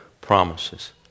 promises